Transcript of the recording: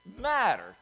matter